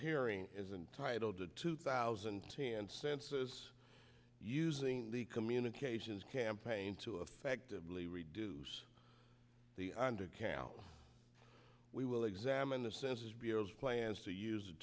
hearing isn't titled the two thousand and ten census using the communications campaign to effectively reduce the undercount we will examine the census bureau plans to use